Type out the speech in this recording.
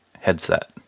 headset